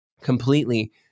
completely